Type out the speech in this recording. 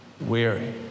weary